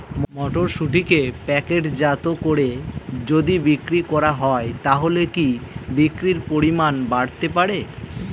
মটরশুটিকে প্যাকেটজাত করে যদি বিক্রি করা হয় তাহলে কি বিক্রি পরিমাণ বাড়তে পারে?